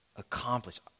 Accomplish